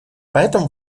поэтому